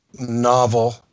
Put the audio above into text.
Novel